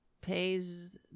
pays